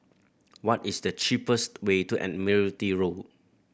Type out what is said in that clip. what is the cheapest way to Admiralty Road